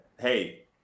Hey